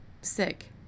sick